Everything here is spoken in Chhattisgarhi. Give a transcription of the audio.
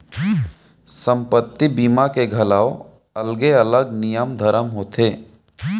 संपत्ति बीमा के घलौ अलगे अलग नियम धरम होथे